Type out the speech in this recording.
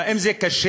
האם זה קשה?